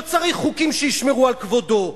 לא צריך חוקים שישמרו על כבודו.